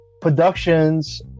productions